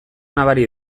nabari